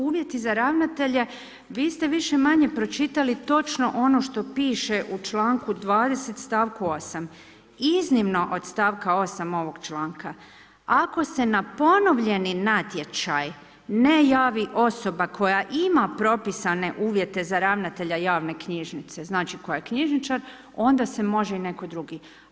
Uvjeti za ravnatelje, vi ste više-manje pročitali točno ono što piše u čl. 20., st. 8. Iznimno od st. 8. ovog članka, ako se na ponovljeni natječaj ne javi osoba koja ima propisane uvjete za ravnatelja javne knjižnice, znači koja je knjižničar, onda se može i netko drugi.